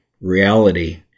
reality